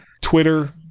Twitter